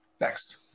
Next